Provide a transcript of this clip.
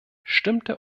stimmte